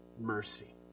mercy